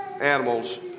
animals